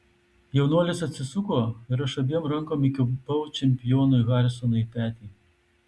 jaunuolis atsisuko ir aš abiem rankom įkibau čempionui harisonui į petį